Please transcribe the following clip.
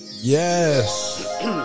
Yes